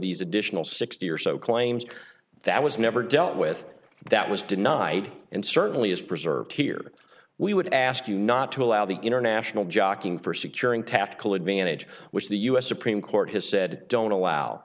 these additional sixty or so claims that was never dealt with that was denied and certainly is preserved here we would ask you not to allow the international jockeying for securing tactical advantage which the u s supreme court has said don't allow